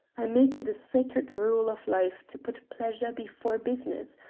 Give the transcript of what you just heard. i make it a sacred rule of life to put pleasure before business.